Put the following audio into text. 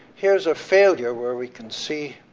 here's a failure where we can see